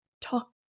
talk